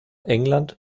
england